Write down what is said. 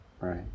right